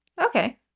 Okay